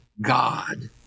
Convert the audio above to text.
God